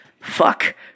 Fuck